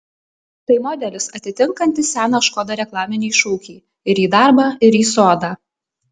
tai modelis atitinkantis seną škoda reklaminį šūkį ir į darbą ir į sodą